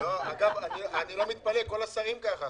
אני לא מתפלא: כל השרים כך,